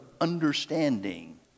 understanding